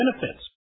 benefits